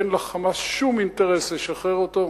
אין ל"חמאס" שום אינטרס לשחרר אותו,